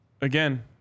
again